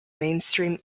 mainstream